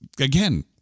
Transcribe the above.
Again